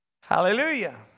Hallelujah